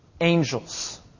Angels